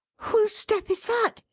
whose step is that!